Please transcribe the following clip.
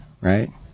right